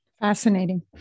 Fascinating